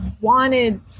wanted